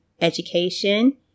education